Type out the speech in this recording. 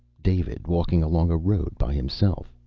david walking along a road, by himself.